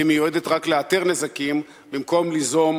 והיא מיועדת רק לאתר נזקים במקום ליזום